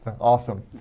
Awesome